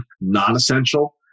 non-essential